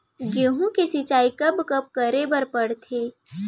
गेहूँ के सिंचाई कब कब करे बर पड़थे?